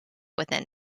within